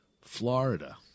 Florida